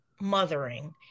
mothering